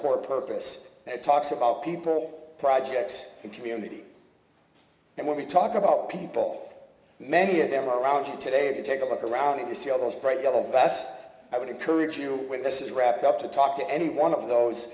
core purpose that talks about people projects and community and when we talk about people many of them around you today if you take a look around and you see all those bright yellow vests i would encourage you with this is wrapped up to talk to any one of those